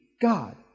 God